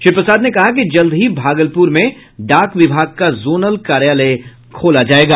श्री प्रसाद ने कहा कि जल्द ही भागलपूर में डाक विभाग का जोनल कार्यालय खूलेगा